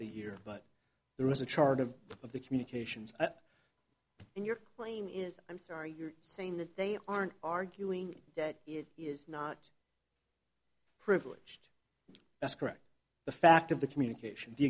the year but there was a chart of of the communications in your claim is i'm sorry you're saying that they aren't arguing that it is not privileged that's correct the fact of the communication the